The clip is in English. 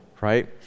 right